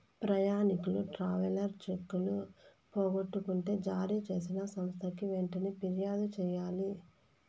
ప్రయాణికులు ట్రావెలర్ చెక్కులు పోగొట్టుకుంటే జారీ చేసిన సంస్థకి వెంటనే ఫిర్యాదు చెయ్యాలి